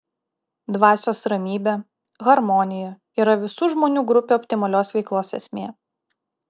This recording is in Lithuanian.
dvasios ramybė harmonija yra visų žmonių grupių optimalios veiklos esmė